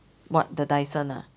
what the Dyson ah